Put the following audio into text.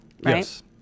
Yes